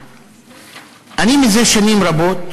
אני כבר שנים רבות